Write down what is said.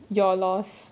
your loss